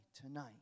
tonight